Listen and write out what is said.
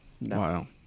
Wow